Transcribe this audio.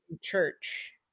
church